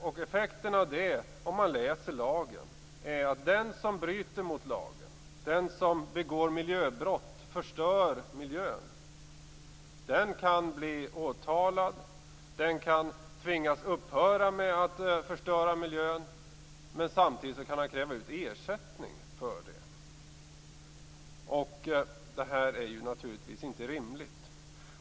Om man läser lagen är effekten av det att den som bryter mot lagen, den som begår miljöbrott och förstör miljön, kan bli åtalad, kan bli tvingad att upphöra med att förstöra miljön men kan samtidigt kräva ut ersättning för det. Detta är naturligtvis inte rimligt.